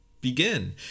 begin